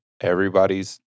everybody's